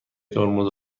ترمز